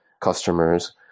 customers